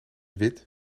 wit